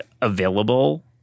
available